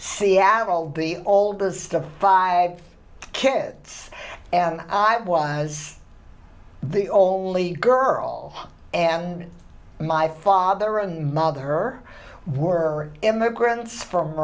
seattle the oldest of five kids and i was the only girl and my father and mother her were immigrants from